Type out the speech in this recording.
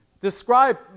describe